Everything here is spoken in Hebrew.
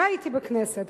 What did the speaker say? לא הייתי בכנסת,